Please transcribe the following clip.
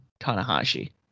Tanahashi